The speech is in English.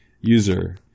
user